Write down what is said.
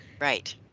Right